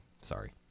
sorry